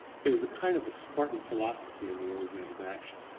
there was a kind of spartan philosophy in the old man's action.